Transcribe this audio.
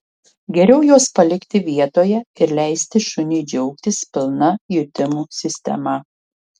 geriau juos palikti vietoje ir leisti šuniui džiaugtis pilna jutimų sistema